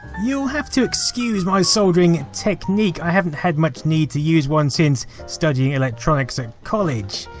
you'll have to excuse my soldering technique, i haven't had much need to use one since studying electronics at college.